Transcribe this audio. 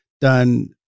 done